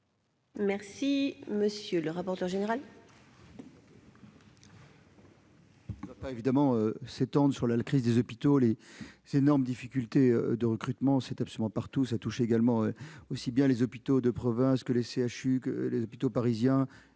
total. Monsieur le rapporteur général,